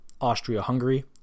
Austria-Hungary